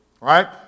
Right